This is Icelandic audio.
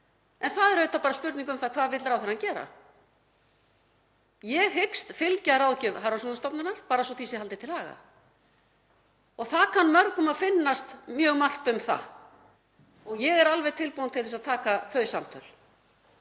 En það er auðvitað bara spurning um það hvað ráðherrann vill gera. Ég hyggst fylgja ráðgjöf Hafrannsóknastofnunar, bara svo því sé haldið til haga. Það kann mörgum að finnast mjög margt um það og ég er alveg tilbúin til þess að taka þau samtöl.